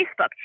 Facebook